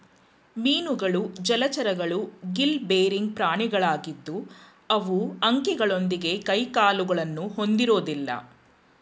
ಮೀನುಗಳು ಜಲಚರಗಳು gill bearing ಪ್ರಾಣಿಗಳಾಗಿದ್ದು ಅವು ಅಂಕೆಗಳೊಂದಿಗೆ ಕೈಕಾಲುಗಳನ್ನು ಹೊಂದಿರೋದಿಲ್ಲ